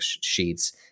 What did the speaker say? sheets